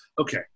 okay